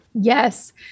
Yes